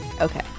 Okay